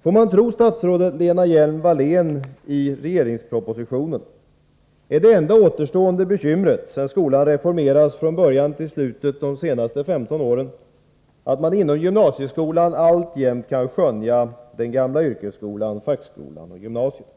Får man tro statsrådet Lena Hjelm-Wallén i regeringspropositionen, är det enda återstående bekymret — sedan skolan reformerats från början till slutet de senaste 15 åren — att man inom gymnasieskolan alltjämt kan skönja den gamla yrkesskolan, fackskolan och gymnasiet.